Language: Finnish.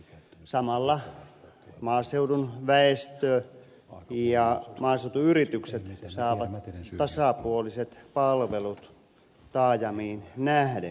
samalla maaseudun väestö ja maaseutuyritykset saavat tasapuoliset palvelut taajamiin nähden